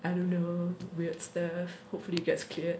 I don't know weird stuff hopefully gets cleared